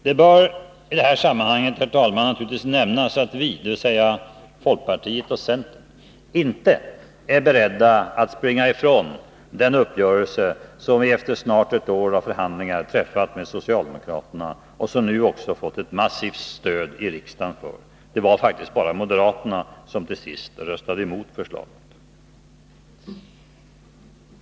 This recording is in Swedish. Det bör naturligtvis, herr talman, i detta sammanhang nämnas att vi, dvs. folkpartiet och centern, inte är beredda att springa ifrån den uppgörelse som vi efter snart ett år av förhandlingar har träffat med socialdemokraterna och som nu också fått ett massivt stöd i riksdagen. Det var faktiskt bara moderaterna som till sist röstade emot förslaget.